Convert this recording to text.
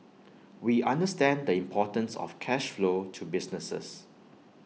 we understand the importance of cash flow to businesses